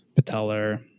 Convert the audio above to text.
patellar